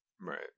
Right